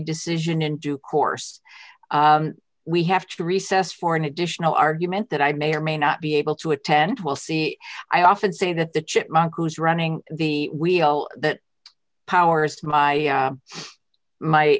decision in due course we have to recess for an additional argument that i may or may not be able to attend will see i often say that the chipmunk who's running the wheel that powers my